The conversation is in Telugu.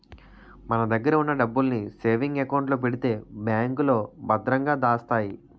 మన దగ్గర ఉన్న డబ్బుల్ని సేవింగ్ అకౌంట్ లో పెడితే బ్యాంకులో భద్రంగా దాస్తాయి